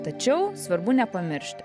tačiau svarbu nepamiršti